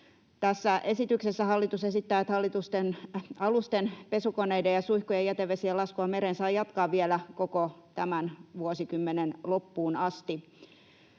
Tässä esityksessä hallitus esittää, että alusten pesukoneiden ja suihkujen jätevesien laskua meren saa jatkaa vielä koko tämän vuosikymmenen loppuun asti.